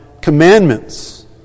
commandments